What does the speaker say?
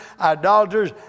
idolaters